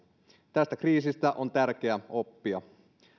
tästä kriisistä on tärkeä oppia